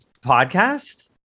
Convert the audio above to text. podcast